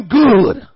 good